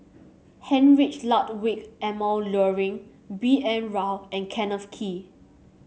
Heinrich Ludwig Emil Luering B N Rao and Kenneth Kee